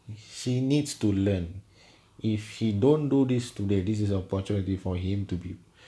she needs to learn if he don't do this today this is opportunity for him to be